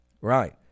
Right